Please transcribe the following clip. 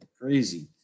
crazy